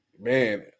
man